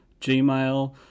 Gmail